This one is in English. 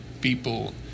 people